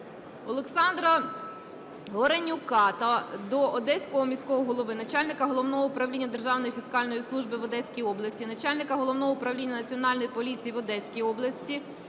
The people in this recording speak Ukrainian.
Олександра Горенюка до Одеського міського голови, начальника Головного управління Державної фіскальної служби в Одеській області, начальника Головного управління Національної поліції в Одеській області